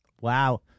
Wow